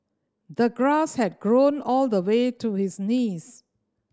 the grass had grown all the way to his knees